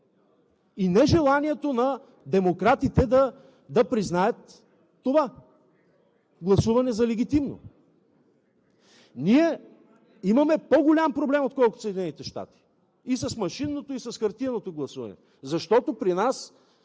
и нежеланието на демократите да признаят това гласуване за легитимно. Ние имаме по-голям проблем, отколкото Съединените щати – и с машинното, и с хартиеното гласуване, защото при нас